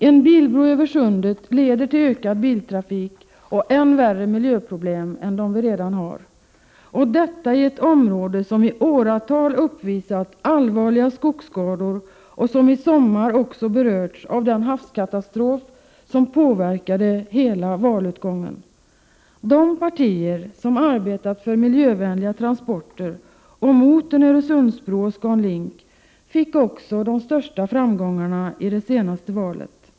En bilbro över sundet leder till ökad biltrafik och än värre miljöproblem än de vi redan har, i ett område som i åratal uppvisat allvarliga skogsskador och som i somras berörts av den havskatastrof som påverkade hela valutgången. De partier som arbetat för miljövänliga transporter och mot en Öresundsbro och ScanLink fick också de största framgångarna i valet.